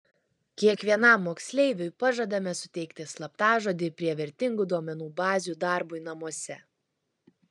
kiekvienam moksleiviui pažadame suteikti slaptažodį prie vertingų duomenų bazių darbui namuose